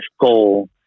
goal